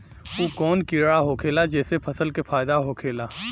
उ कौन कीड़ा होखेला जेसे फसल के फ़ायदा होखे ला?